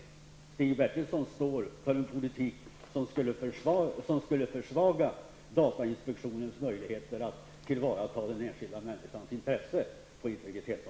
Stig Bertilsson står för en politik som skulle försvaga datainspektionens möjligheter att tillvarata den enskilda människans intressen beträffande integriteten.